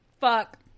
fuck